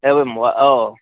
एव वा म वा ओ